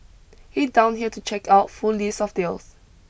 and now finally we're seeing that come back again